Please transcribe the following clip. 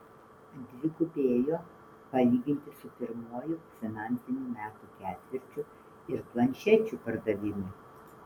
dvigubėjo palyginti su pirmuoju finansinių metų ketvirčiu ir planšečių pardavimai